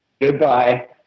Goodbye